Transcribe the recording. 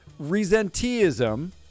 resenteeism